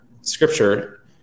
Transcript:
scripture